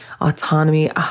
autonomy